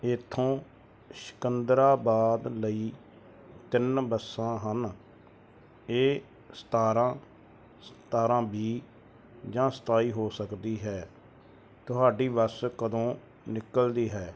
ਇੱਥੋਂ ਸਿਕੰਦਰਾਬਾਦ ਲਈ ਤਿੰਨ ਬੱਸਾਂ ਹਨ ਇਹ ਸਤਾਰ੍ਹਾਂ ਸਤਾਰ੍ਹਾਂ ਵੀਹ ਜਾਂ ਸਤਾਈ ਹੋ ਸਕਦੀ ਹੈ ਤੁਹਾਡੀ ਬੱਸ ਕਦੋਂ ਨਿਕਲਦੀ ਹੈ